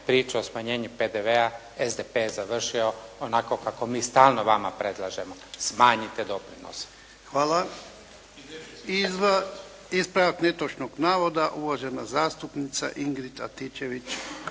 priču o smanjenju PDV-a SDP je završio onako kako mi stalno vama predlažemo. Smanjite doprinose. **Jarnjak, Ivan (HDZ)** Hvala. Ispravak netočnog navoda, uvažena zastupnica Ingrid